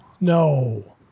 No